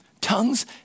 Tongues